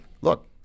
look